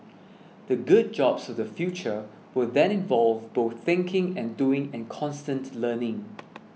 the good jobs of the future will then involve both thinking and doing and constant learning